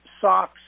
socks